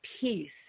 peace